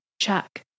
Check